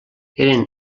eren